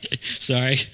Sorry